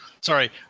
Sorry